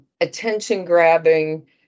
attention-grabbing